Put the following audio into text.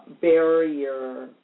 barrier